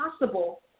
possible